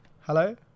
Hello